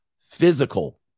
physical